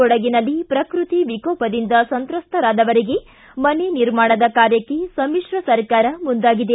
ಕೊಡಗಿನಲ್ಲಿ ಪ್ರಕೃತಿ ವಿಕೋಪದಿಂದ ಸಂತ್ರಸ್ತರಾದವರಿಗೆ ಮನೆ ನಿರ್ಮಾಣದ ಕಾರ್ಯಕ್ಕೆ ಸಮಿತ್ರ ಸರ್ಕಾರ ಮುಂದಾಗಿದೆ